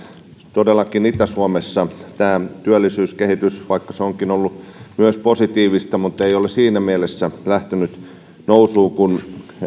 todellakin itä suomessa tämä työllisyyskehitys vaikka se onkin ollut myös positiivista ei ole siinä mielessä lähtenyt nousuun kuin